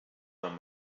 man